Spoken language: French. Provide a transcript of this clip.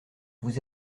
vous